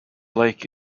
lake